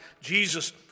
Jesus